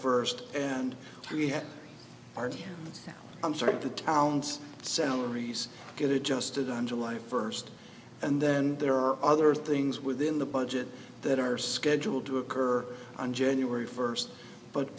first and we have our i'm sorry the town's salaries get adjusted on july first and then there are other things within the budget that are scheduled to occur on january first but